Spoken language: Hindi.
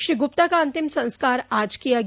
श्री गुप्ता का अंतिम संस्कार आज किया गया